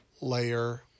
layer